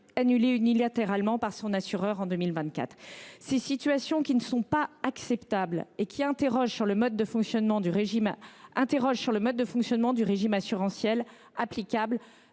annulé unilatéralement par son assureur en 2024. Ces situations ne sont pas acceptables et interrogent sur le mode de fonctionnement du régime assurantiel applicable